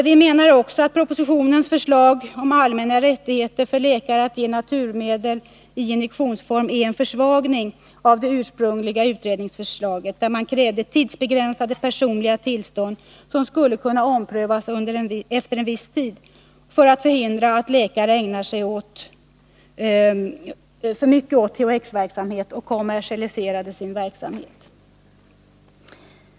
Vi anser också att propositionens förslag om allmänna rättigheter för läkare att ge naturmedel i injektionsform är en försvagning av det ursprungliga utredningsförslaget, där man krävde tidsbegränsade personliga tillstånd, som skulle kunna omprövas efter viss tid, för att förhindra att läkare ägnade sig för mycket åt THX-verksamhet och kommersialiserade sin verksamhet.